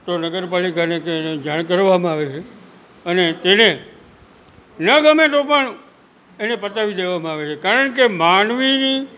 તો નગરપાલિકાને એને જાણ કરવામાં આવે છે અને તેને ન ગમે તો પણ એને પતાવી દેવામાં આવે છે કારણકે માનવીની